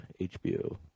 HBO